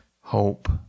hope